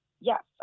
Yes